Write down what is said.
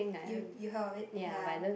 you you heard of it ya